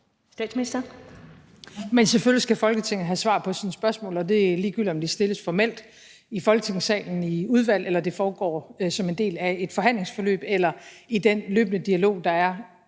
(Mette Frederiksen): Selvfølgelig skal Folketinget have svar på sine spørgsmål, og det er ligegyldigt, om de stilles formelt i Folketingssalen, i et udvalg, om det foregår som del af et forhandlingsforløb eller sker i den løbende dialog, der er